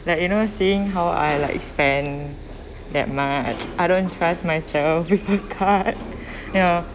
like you know seeing how I like spend that much I don't trust myself with the card ya